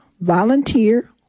volunteer